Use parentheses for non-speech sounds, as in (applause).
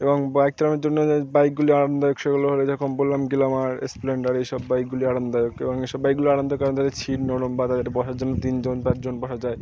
এবং বাইক চালানোর জন্য (unintelligible) বাইকগুলি আরামদায়ক সেগুলো হল যখন বললাম গ্ল্যামার স্প্লেন্ডার এই সব বাইকগুলি আরামদায়ক এবং এই সব বাইকগুলো আরামদায়ক তাদের সিট নরম বা তাদের বসার জন্য তিনজন চারজন বসা যায়